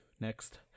next